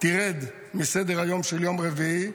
תרד מסדר-היום של יום רביעי.